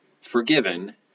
forgiven